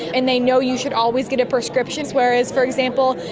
and they know you should always get a prescription. whereas, for example,